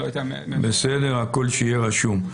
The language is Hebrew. שהכול יהיה רשום.